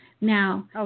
Now